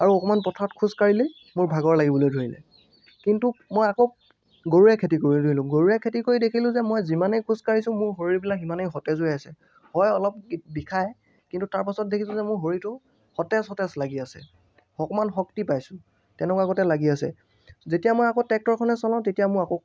আৰু অকণমাণ পথাৰত খোজ কাঢ়িলেই মোৰ ভাগৰ লাগিবলৈ ধৰিলে কিন্তু মই আকৌ গৰুৰে খেতি কৰিবলৈ ধৰিলোঁ গৰুৰে খেতি কৰোঁতে দেখিলোঁ যে মই যিমানেই খোজ কাঢ়িছোঁ মোৰ ভৰিবিলাক সিমানেই সতেজ হৈ আছে হয় অলপ বিষাই কিন্তু তাৰ পাছত দেখিছোঁ যে মোৰ ভৰিটো সতেজ সতেজ লাগি আছে অকণমান শক্তি পাইছোঁ তেনেকুৱা গতে লাগি আছে যেতিয়া মই আকৌ ট্ৰেক্টৰখনে চলাওঁ তেতিয়া মোৰ আকৌ